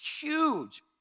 huge